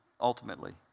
ultimately